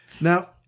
Now